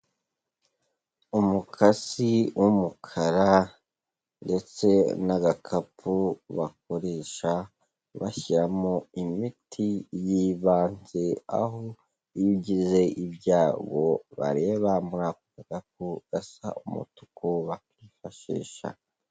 Umukasi w'umukara ndetse n'agakapu bakoresha bashyiramo imiti y'ibanze, aho iyo ugize ibyago bareba muri ako gakapu gasa umutuku bakakifashisha.